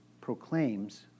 proclaims